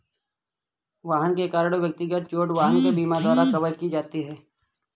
वाहन के कारण व्यक्तिगत चोट वाहन बीमा द्वारा कवर की जाती है